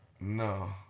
No